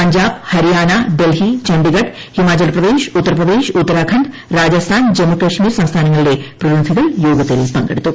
പഞ്ചാബ് ഹരിയാന ഡൽഹി ചണ്ഡിഗഡ് ഹിമാചൽപ്രദേശ് ഉത്തർപ്രേദേശ് ഉത്തരാഖണ്ഡ് രാജസ്ഥാൻ ജമ്മുകാശ്മീർ സംസ്ഥാനങ്ങളിലെ പ്രതിനിധികൾ യോഗത്തിൽ പങ്കെടുത്തു